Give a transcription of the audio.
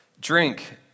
Drink